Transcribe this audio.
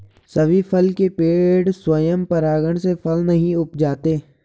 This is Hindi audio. सभी फल के पेड़ स्वयं परागण से फल नहीं उपजाते